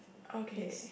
okay